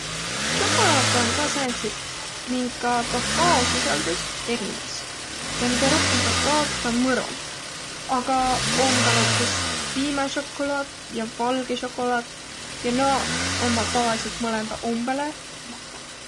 Sokalaatõ om ka sääntsit, minka kakaosisaldus erines. Ja midä rohkõmb kakaod, toda mõromb. Aga om ka näütüses piimäsokolaat ja valgõ sokolaat ja nuuq ommaq tavalidsõlt umbõlõ makõq.